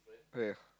yeah